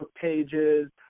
pages